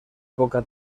poca